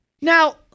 Now